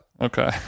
Okay